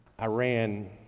Iran